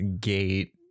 gate